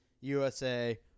USA